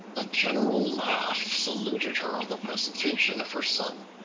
a general laugh saluted her on the presentation of her son.